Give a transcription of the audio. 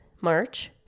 March